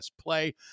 play